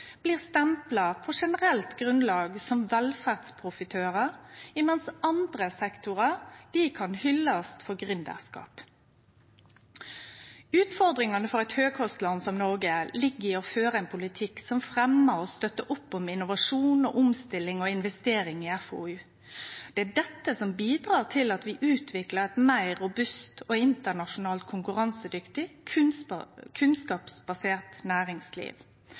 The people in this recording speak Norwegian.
blir stempla – på generelt grunnlag – som velferdsprofitørar, mens andre sektorar kan hyllast for gründerskap. Utfordringane for eit høgkostland som Noreg ligg i å føre ein politikk som fremjar og støttar opp om innovasjon, omstilling og investeringar i FoU. Det er dette som bidreg til at vi utviklar eit meir robust, internasjonalt konkurransedyktig og kunnskapsbasert næringsliv.